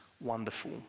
wonderful